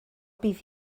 bydd